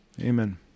Amen